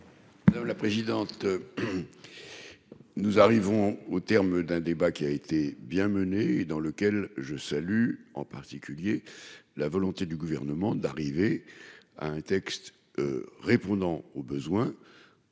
Madame la présidente, nous arrivons au terme d'un débat qui a été bien menée et dans lequel je salue en particulier : la volonté du gouvernement d'arriver à un texte répondant aux besoins,